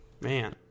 Man